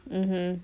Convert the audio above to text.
mmhmm